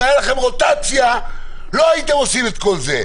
אם הייתה לכם רוטציה לא הייתם עושים את כל זה.